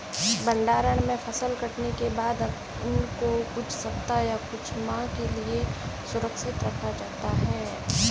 भण्डारण में फसल कटने के बाद अन्न को कुछ सप्ताह या कुछ माह के लिये सुरक्षित रखा जाता है